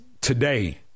today